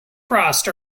frost